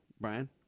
Brian